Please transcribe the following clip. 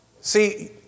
See